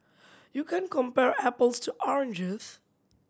you can't compare apples to oranges